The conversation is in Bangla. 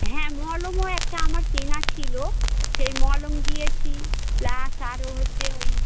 হ্যাঁ মলমও একটা আমার কেনা ছিলো সেই মলম দিয়েছি প্লাস আরও হচ্ছে ওই